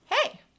hey